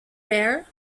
rare